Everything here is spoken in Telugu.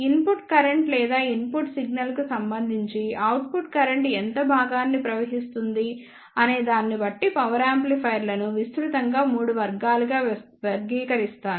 ఇన్పుట్ కరెంట్ లేదా ఇన్పుట్ సిగ్నల్కు సంబంధించి అవుట్పుట్ కరెంట్ ఎంత భాగాన్ని ప్రవహిస్తుంది అనే దాన్ని బట్టి పవర్ యాంప్లిఫైయర్లను విస్తృతంగా 3 వర్గాలుగా వర్గీకరిస్తారు